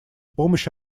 помощь